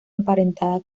emparentada